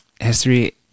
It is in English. history